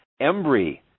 Embry